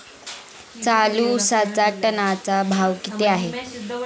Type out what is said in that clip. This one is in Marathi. चालू उसाचा टनाचा भाव किती आहे?